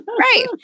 Right